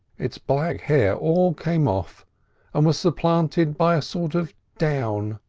its black hair all came off and was supplanted by a sort of down.